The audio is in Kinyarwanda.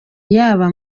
yaba